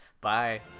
Bye